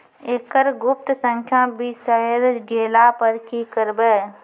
एकरऽ गुप्त संख्या बिसैर गेला पर की करवै?